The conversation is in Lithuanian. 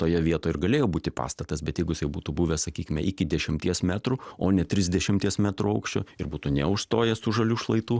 toje vietoj ir galėjo būti pastatas bet jeigu jisai jau būtų buvęs sakykime iki dešimties metrų o ne trisdešimties metrų aukščio ir būtų neužstojęs tų žalių šlaitų